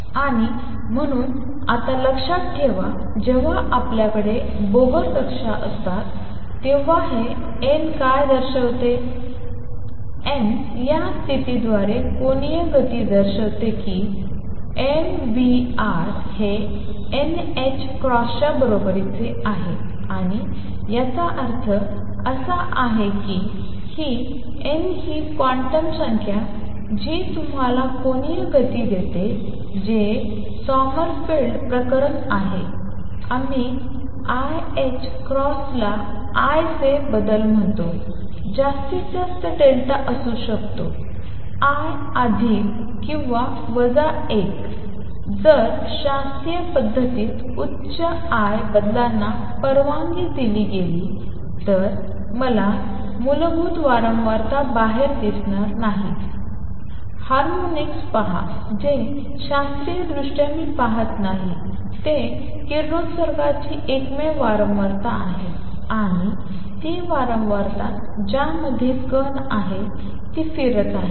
आणि म्हणून आता लक्षात ठेवा जेव्हा आपल्याकडे बोहर कक्षा असतात तेव्हा हे n काय दर्शवते n या स्थितीद्वारे कोनीय गती दर्शवते की mvr हे nh क्रॉसच्या बरोबरीचा आहे आणि याचा अर्थ असा की ही n हि ती क्वांटम संख्या जी तुम्हाला कोनीय गती देते जे Sommerfeld प्रकरण आहे आम्ही lh क्रॉस ला l चे बदल म्हणतो जास्तीत जास्त डेल्टा असू शकतो l अधिक किंवा वजा 1 जर शास्त्रीय पद्धतीत उच्च l बदलांना परवानगी दिली गेली तर मला मूलभूत वारंवारता बाहेर दिसणार नाही हार्मोनिक्स पहा जे शास्त्रीयदृष्ट्या मी पाहत नाही ते किरणोत्सर्गाची एकमेव वारंवारता आहे आणि ती वारंवारता ज्यामध्ये कण आहे ती फिरत आहे